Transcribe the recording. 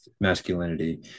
masculinity